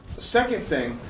second thing.